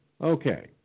okay